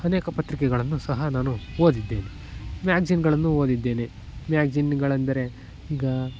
ಅನೇಕ ಪತ್ರಿಕೆಗಳನ್ನು ಸಹ ನಾನು ಓದಿದ್ದೇನೆ ಮ್ಯಾಗ್ಜಿನ್ಗಳನ್ನು ಓದಿದ್ದೇನೆ ಮ್ಯಾಗ್ಜಿನ್ಗಳೆಂದರೆ ಈಗ